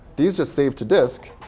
these just saved to disk.